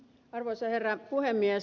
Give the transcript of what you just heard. arvoisa herra puhemies